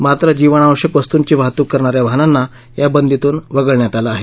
मात्र जीवनावश्यक वस्तूंची वाहतूक करणाऱ्या वाहनांना या बंदीतून वगळण्यात आलं आहे